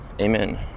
Amen